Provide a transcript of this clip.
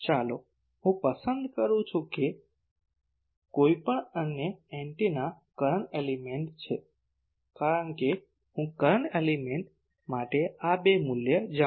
ચાલો હું પસંદ કરું છું કે કોઈપણ અન્ય એન્ટેના કરંટ એલિમેન્ટ છે કારણ કે હું કરંટ એલિમેન્ટ માટે આ બે મૂલ્ય જાણું છું